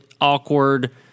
awkward